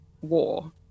war